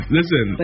Listen